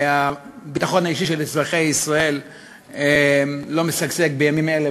הביטחון האישי של אזרחי ישראל לא משגשג בימים אלה,